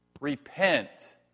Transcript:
repent